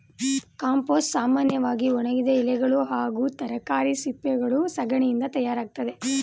compost ಸಾಮನ್ಯವಾಗಿ ಒಣಗಿದ ಎಲೆಗಳು ಹಾಗೂ ತರಕಾರಿ ಸಿಪ್ಪೆಗಳು ಸಗಣಿಯಿಂದ ತಯಾರಾಗ್ತದೆ